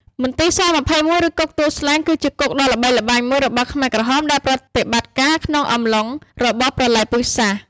មន្ទីរ ស-២១ ឬគុកទួលស្លែង គឺជាគុកដ៏ល្បីល្បាញមួយរបស់ខ្មែរក្រហមដែលប្រតិបត្តិការក្នុងអំឡុងរបបប្រល័យពូជសាសន៍។